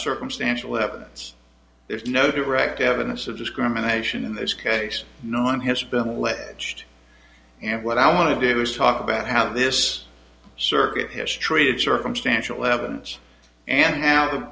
circumstantial evidence there's no direct evidence of discrimination in this case no one has been alleged and what i want to do is talk about how this circuit history of circumstantial evidence and have a